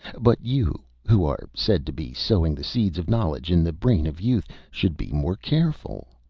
but you, who are said to be sowing the seeds of knowledge in the brain of youth, should be more careful.